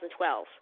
2012